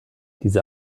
diese